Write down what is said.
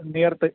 near